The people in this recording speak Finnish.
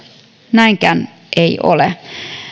näinkään ei ole